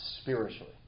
spiritually